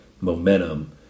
momentum